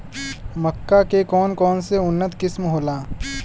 मक्का के कौन कौनसे उन्नत किस्म होला?